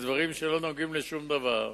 בדברים שלא נוגעים לשום דבר.